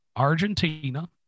Argentina